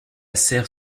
serre